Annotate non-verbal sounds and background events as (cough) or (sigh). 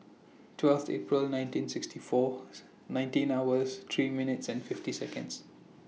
twelve April nineteen sixty four (noise) nineteen hours three minutes fifty Seconds